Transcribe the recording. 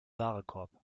warenkorb